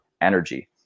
energy